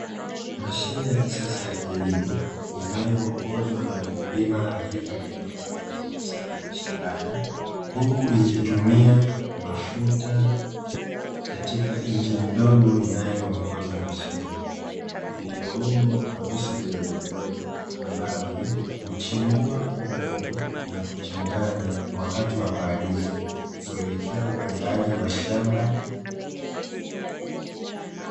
Mashine ya kisasa ya kilimo inayo ongozwa na mkulima aliyevalia mavazi nadhifu sana ya mashambani, huku ikitumia mafuta katika injini ndogo inayoongoza mashine hiyo. iliyoundwa kwa visu vidogo vidogo ambavyo huchimbua udongo na kuchanganya wakati wa palizi kuelekea uandaaji wa shamba.